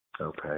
Okay